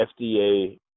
FDA